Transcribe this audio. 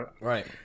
right